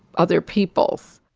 other peoples.